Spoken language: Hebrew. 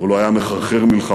הוא לא היה מחרחר מלחמה.